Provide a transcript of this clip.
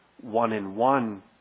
one-in-one